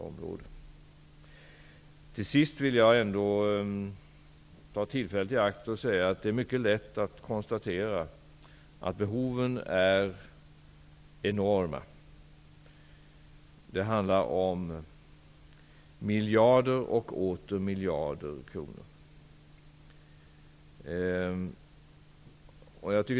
Jag vill till sist ta tillfället i akt att konstatera att behoven är enorma. Det handlar om miljarder och åter miljarder kronor.